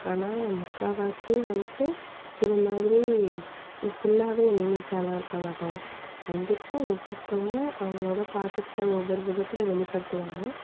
ஆனால் முக்கால்வாசி வந்துட்டு இத மாதிரி ஃபுல்லாகவே எனிமீஸால்லாம் இருக்க மாட்டாங்க கண்டிப்பாக ஒவ்வொருத்தங்க அவங்களோட பாசத்தை ஒவ்வொரு விதத்தில் வெளிப்படுத்துவாங்க